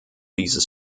dieses